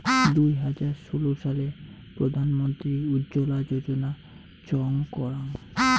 দুই হাজার ষোলো সালে প্রধান মন্ত্রী উজ্জলা যোজনা চং করাঙ